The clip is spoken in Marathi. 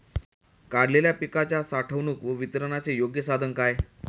काढलेल्या पिकाच्या साठवणूक व वितरणाचे योग्य साधन काय?